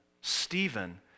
Stephen